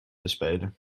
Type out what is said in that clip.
bespelen